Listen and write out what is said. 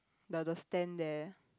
the the stand there